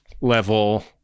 level